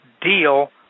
deal